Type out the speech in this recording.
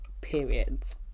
periods